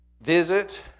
visit